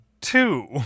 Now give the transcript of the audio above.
two